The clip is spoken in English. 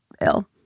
ill